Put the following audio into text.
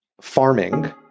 farming